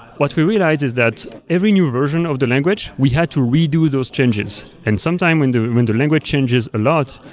what we realized is that every new version of the language, we had to redo those changes, and sometimes when the and language changes a lot,